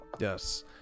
Yes